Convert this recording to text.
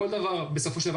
הדיון הוא כל הזמן